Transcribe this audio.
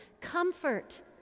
comfort